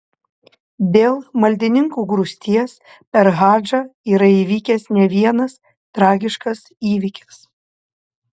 dėl maldininkų grūsties per hadžą yra įvykęs ne vienas tragiškas įvykis